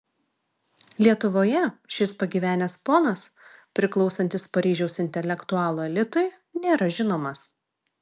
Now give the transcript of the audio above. lietuvoje šis pagyvenęs ponas priklausantis paryžiaus intelektualų elitui nėra žinomas